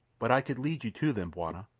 but i could lead you to them, bwana.